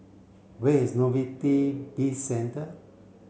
where is Novelty Bizcentre